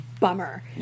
bummer